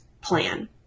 plan